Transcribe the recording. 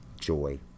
joy